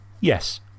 Yes